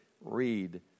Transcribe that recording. Read